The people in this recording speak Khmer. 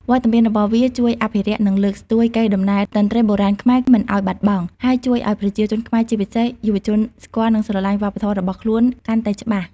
វត្តមានរបស់វាជួយអភិរក្ស និងលើកស្ទួយកេរដំណែលតន្ត្រីបុរាណខ្មែរមិនឱ្យបាត់បង់ ហើយជួយឱ្យប្រជាជនខ្មែរជាពិសេសយុវជនស្គាល់ និងស្រឡាញ់វប្បធម៌របស់ខ្លួនកាន់តែច្បាស់។